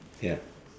ya